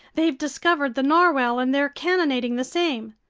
they've discovered the narwhale and they're cannonading the same.